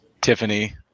Tiffany